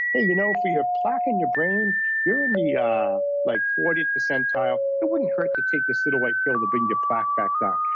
you know for your plaque in your brain you're in the yeah ah like forty percentile. it wouldn't hurt to take this little white pill to bring your plaque back down.